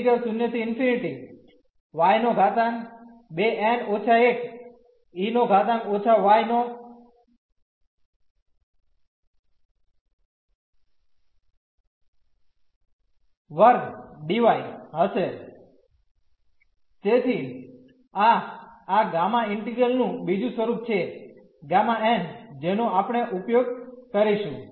તેથી આ આ ગામા ઇન્ટિગ્રલ નું બીજું સ્વરૂપ છે Γ n જેનો આપણે ઉપયોગ કરીશું